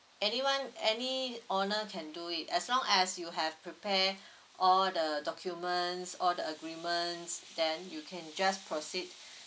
anyone any owner can do it as long as you have prepare all the documents all the agreements then you can just proceed